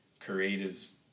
creatives